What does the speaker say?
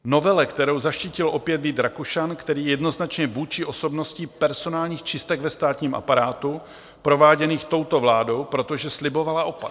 Novele, kterou zaštítil opět Vít Rakušan, který je jednoznačně vůdčí osobností personálních čistek ve státním aparátu prováděných touto vládou, protože slibovala opak.